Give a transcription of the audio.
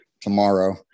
tomorrow